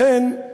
לכן,